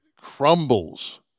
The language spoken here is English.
crumbles